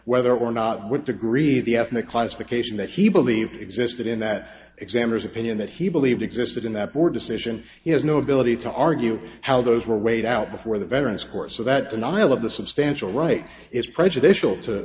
whether or not would agree the ethnic classification that he believes existed in that examiners opinion that he believed existed in that board decision he has no ability to argue how those were weighed out before the veterans court so that denial of the substantial right is prejudicial to